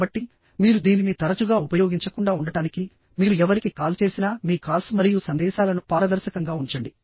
కాబట్టిమీరు దీనిని తరచుగా ఉపయోగించకుండా ఉండటానికి మీరు ఎవరికి కాల్ చేసినా మీ కాల్స్ మరియు సందేశాలను పారదర్శకంగా ఉంచండి